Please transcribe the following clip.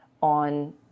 on